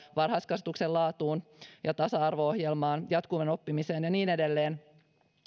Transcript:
varhaiskasvatuksen laatuun ja tasa arvo ohjelmaan jatkuvaan oppimiseen ja niin edelleen